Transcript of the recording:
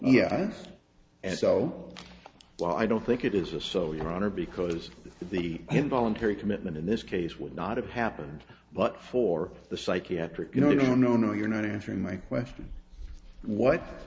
yeah and so while i don't think it is a so your honor because the involuntary commitment in this case would not have happened but for the psychiatric you know you know no you're not answering my question what